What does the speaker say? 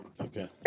Okay